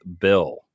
Bill